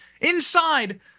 inside